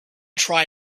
try